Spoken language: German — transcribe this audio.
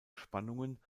spannungen